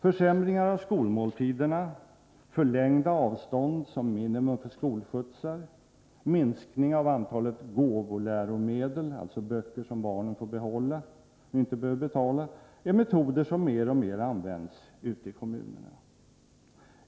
Försämringar av skolmåltiderna, förlängda minimiavstånd för skolskjutsar, minskning av antalet gåvoläromedel — alltså böcker som barnen får behålla och inte behöver betala — är metoder som mer och mer används ute i kommunerna.